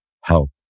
help